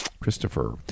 christopher